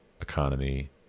economy